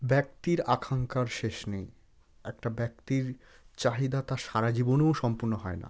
ব্যক্তির আকাঙ্ক্ষার শেষ নেই একটা ব্যক্তির চাহিদা তার সারা জীবনেও সম্পূর্ণ হয় না